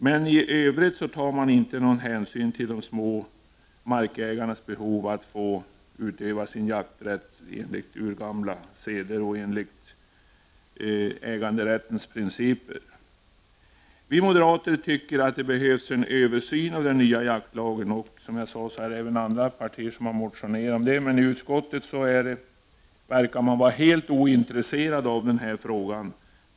Men i övrigt tar utskottet inte någon hänsyn till de små markägarnas behov av att få utöva sin jakträtt enligt urgamla seder och äganderättens principer. Vi moderater tycker att det behövs en översyn av den nya jaktlagen. Som jag sade finns det även andra partier som har motionerat om detta. Men i utskottet verkar man vara helt ointresserad av frågan.